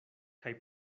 kaj